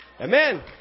Amen